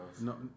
No